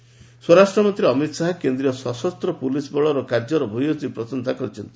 ଅମିତ ଶାହା ସ୍ୱରାଷ୍ଟ୍ର ମନ୍ତ୍ରୀ ଅମିତ ଶାହା କେନ୍ଦ୍ରୀୟ ସଶସ୍ତ ପୁଲିସ୍ ବଳର କାର୍ଯ୍ୟର ଭୂୟସୀ ପ୍ରଶଂସା କରିଛନ୍ତି